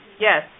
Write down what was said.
Yes